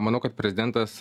manau kad prezidentas